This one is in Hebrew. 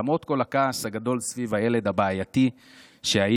למרות כל הכעס הגדול סביב הילד הבעייתי שהייתי